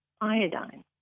iodine